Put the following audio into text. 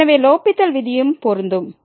எனவே லோப்பித்தல் விதியும் பொருந்தும்